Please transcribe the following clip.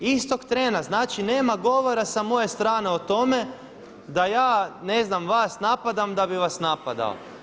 Istog trena, znači nema govora sa moje strane o tome da ja ne znam vas napadam da bi vas napadao.